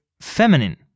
feminine